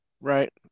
Right